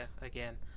again